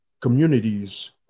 communities